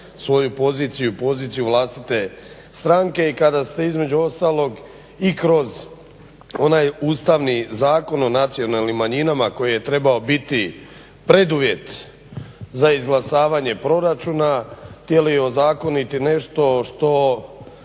svoju poziciju i poziciju vlastite stranke i kada ste između ostalog i kroz onaj Ustavni zakon o nacionalnim manjinama koji je trebao biti preduvjet za izglasavanje proračuna htjeli ozakoniti nešto što